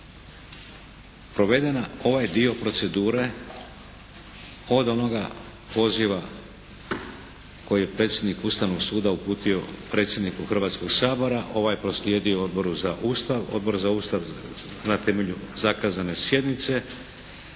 provedena, ovaj dio procedure od onoga poziva koji je predsjednik Ustavnog suda uputio predsjedniku Hrvatskog sabora, ovaj proslijedio Odboru za Ustav. Odbor za Ustav na temelju zakazane sjednice